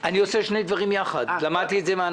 ריקות במחלקות לשירותים חברתיים של הרשויות